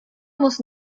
muss